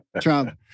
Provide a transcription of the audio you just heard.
Trump